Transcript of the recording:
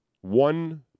one